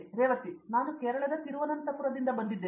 ರೇವತಿ ನಾನು ಕೇರಳದ ತಿರುವನಂತಪುರದಿಂದ ಬಂದಿದ್ದೇನೆ